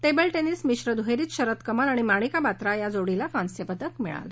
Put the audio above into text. table tennis मिश्र दुहेरीत शरत कमल आणि मणिका बात्रा या जोडीला कांस्यपदक मिळालं